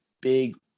big